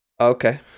Okay